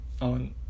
on